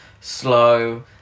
slow